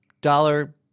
dollar